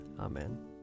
Amen